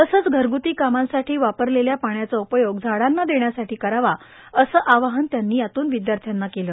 तसंच घरगुती कामांसाठी वापरलेले पाण्याचा उपयोग म्राडांना देण्यासाठी करावा असे आवाहन त्यांनी विद्यार्थ्यांना केले